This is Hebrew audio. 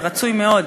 ורצוי מאוד,